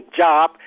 job